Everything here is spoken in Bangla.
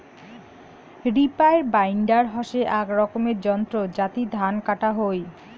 রিপার বাইন্ডার হসে আক রকমের যন্ত্র যাতি ধান কাটা হই